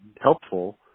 helpful